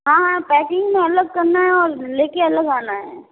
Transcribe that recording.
हाँ हाँ पैकिंग में अलग करना है और ले के अलग आना है